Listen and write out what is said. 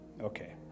Okay